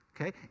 Okay